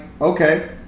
okay